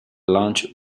launched